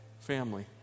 family